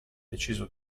deciso